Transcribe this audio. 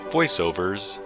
VoiceOvers